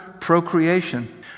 procreation